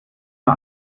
nur